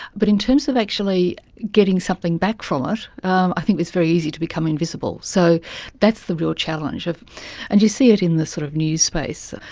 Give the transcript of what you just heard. but in terms of actually getting something back from ah it, um i think it's very easy to become invisible. so that's the real challenge. and you see it in the sort of news space.